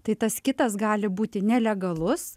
tai tas kitas gali būti nelegalus